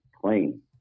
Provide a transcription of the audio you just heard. Playing